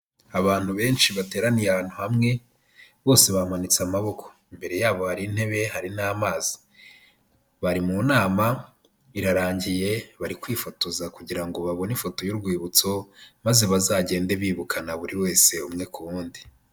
Abantu benshi bateraniye ahantu hamwe, bose bamanitse amaboko. Imbere yabo hari intebe, hari n'amazi. Bari mu nama irarangiye, bari kwifotoza kugira ngo babone ifoto y'urwibutso ,maze bazagende bibukana buri wese, umwe ku wundi.